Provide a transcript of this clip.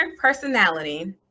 personality